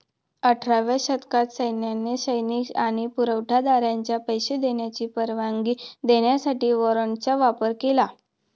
अठराव्या शतकात सैन्याने सैनिक आणि पुरवठा दारांना पैसे देण्याची परवानगी देण्यासाठी वॉरंटचा वापर केला